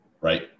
right